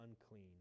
unclean